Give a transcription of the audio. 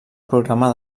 programa